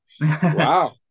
Wow